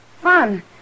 Fun